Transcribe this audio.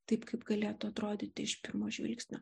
taip kaip galėtų atrodyti iš pirmo žvilgsnio